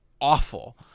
awful